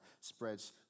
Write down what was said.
spreads